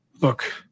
Look